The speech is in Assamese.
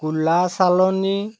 কুলা চালনি